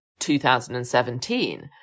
2017